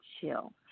Chill